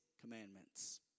commandments